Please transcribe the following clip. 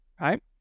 right